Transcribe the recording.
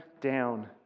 down